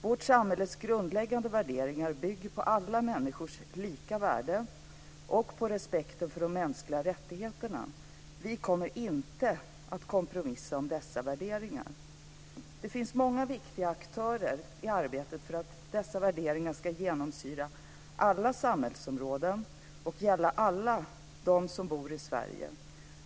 Vårt samhälles grundläggande värderingar bygger på alla människors lika värde och på respekten för de mänskliga rättigheterna. Vi kommer inte att kompromissa om dessa värderingar. Det finns många viktiga aktörer i arbetet för att dessa värderingar ska genomsyra alla samhällsområden och gälla alla dem som bor i Sverige.